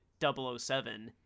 007